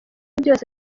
byose